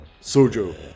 Sojo